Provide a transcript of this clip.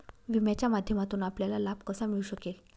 विम्याच्या माध्यमातून आपल्याला लाभ कसा मिळू शकेल?